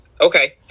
Okay